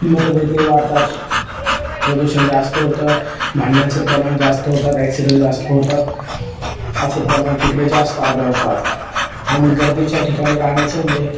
मतभेदही वाढतात प्रदूषण जास्त होतं भांडणांचे प्रमाण जास्त होतात ॲक्सिडेंट जास्त होतात असे प्रमाण तिकडे जास्त आढळतात आणि गर्दीच्या ठिकाणी राहण्याचं म्हणजे